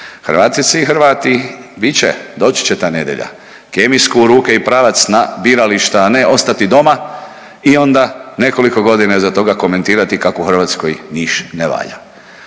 Hrvatice i Hrvati, bit će, doći će ta nedjelja, kemijsku u ruke i pravac na birališta, a ne ostati doma i onda nekoliko godina iza toga komentirati kako u Hrvatskoj niš ne valja